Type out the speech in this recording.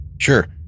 Sure